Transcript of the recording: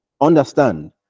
understand